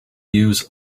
use